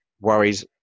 worries